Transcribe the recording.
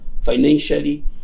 financially